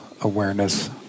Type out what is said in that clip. awareness